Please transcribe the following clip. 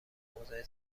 موضع